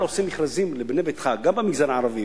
עושה מכרזים ב"בנה ביתך" גם במגזר הערבי,